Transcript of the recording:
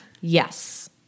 Yes